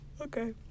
Okay